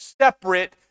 separate